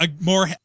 more